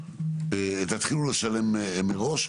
תתחילו לשלם מראש,